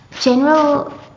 General